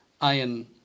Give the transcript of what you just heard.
iron